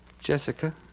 Jessica